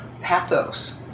pathos